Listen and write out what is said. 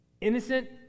Innocent